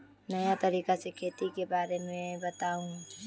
नया तरीका से खेती के बारे में बताऊं?